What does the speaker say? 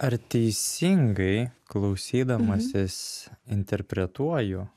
ar teisingai klausydamasis interpretuoju